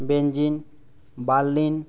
Berlin